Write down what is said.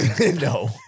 no